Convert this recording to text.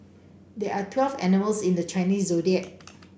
there are twelve animals in the Chinese Zodiac